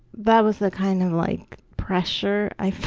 that was the kind of like pressure i felt,